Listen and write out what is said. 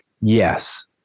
Yes